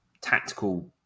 tactical